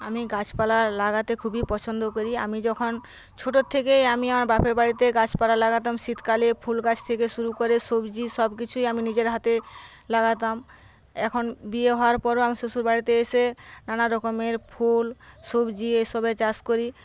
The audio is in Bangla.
আমি গাছ পালা লাগাতে খুবই পছন্দ করি আমি যখন ছোটোর থেকেই আমি আমার বাপের বাড়িতে গাছ পালা লাগাতাম শীতকালে ফুল গাছ থেকে শুরু করে সবজি সবকিছুই আমি নিজের হাতে লাগাতাম এখন বিয়ে হওয়ার পরেও আমি শ্বশুর বাড়িতে এসে নানা রকমের ফুল সবজি এসবের চাষ করি